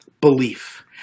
belief